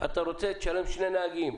אתה רוצה תשלם שני נהגים,